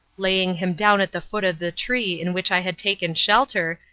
laying him down at the foot of the tree in which i had taken shelter,